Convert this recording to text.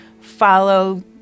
follow